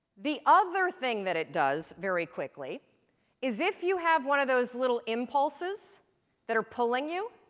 the other thing that it does very quickly is if you have one of those little impulses that are pulling you,